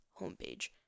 homepage